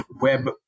web